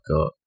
up